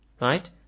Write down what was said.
right